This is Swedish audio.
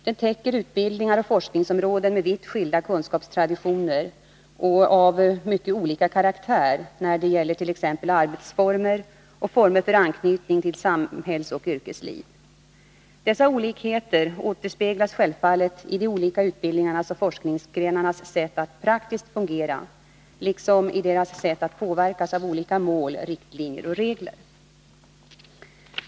Den täcker utbildningar och forskningsområden med vitt skilda kunskapstraditioner och av mycket olika karaktär när det gäller t.ex. arbetsformer och former för anknytning till samhällsoch yrkesliv. Dessa olikheter återspeglas självfallet i de olika utbildningarnas och forskningsgrenarnas sätt att praktiskt fungera liksom i deras sätt att påverkas av olika mål, riktlinjer och regler.